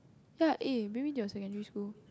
ya eh bring me to your secondary school